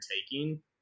taking